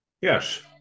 Yes